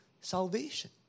salvation